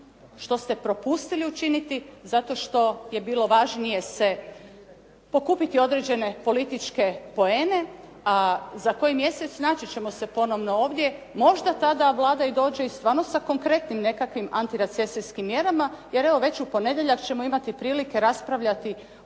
što ste propustili učiniti, zato što je bilo važnije pokupiti određene političke poene, a za koji mjesec naći ćemo se ponovno ovdje, možda tada Vlada dođe stvarno sa konkretnim nekakvim antirecesijskim mjerama, jer evo već ćemo u ponedjeljak imati prilike raspravljati